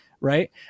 right